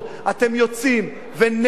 אתם יוצאים נגד,